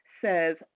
says